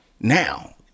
now